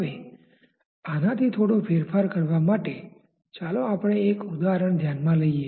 હવે આનાથી થોડો ફેરફાર કરવા માટે ચાલો આપણે એક ઉદાહરણ ધ્યાનમાં લઈએ